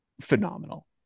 phenomenal